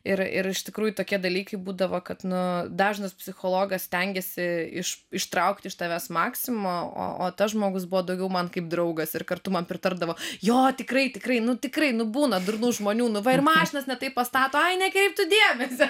ir ir iš tikrųjų tokie dalykai būdavo kad nu dažnas psichologas stengiasi iš ištraukti iš tavęs maksimumą o tas žmogus buvo daugiau man kaip draugas ir kartu man pritardavo jo tikrai tikrai nu tikrai nu būna durnų žmonių nu va ir mašinas ne taip pastato ai nekreipk tu dėmesio